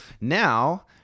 now